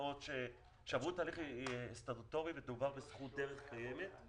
קרקעות שעברו תהליך סטטוטורי ומדובר בזכות דרך קיימת,